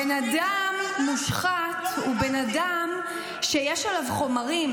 בן אדם מושחת הוא בן אדם שיש עליו חומרים,